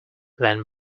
then